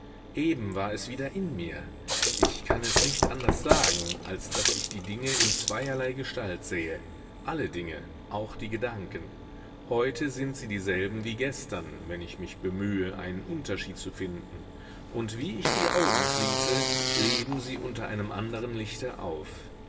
eben war es wieder in mir ich kann es nicht anders sagen als daß ich die dinge in zweierlei gestalt sehe alle dinge auch die gedanken heute sind sie dieselben wie gestern wenn ich mich bemühe einen unterschied zu finden und wie ich die augen schließe leben sie unter einem anderen lichte auf